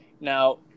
Now